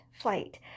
flight